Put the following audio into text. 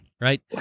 right